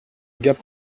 gap